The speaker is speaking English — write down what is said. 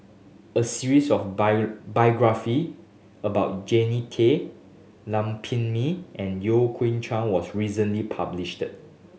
a series of biography about Jannie Tay Lam Pin Min and Yeo Kian Chye was recently published